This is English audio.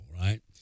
right